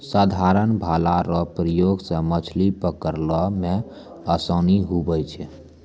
साधारण भाला रो प्रयोग से मछली पकड़ै मे आसानी हुवै छै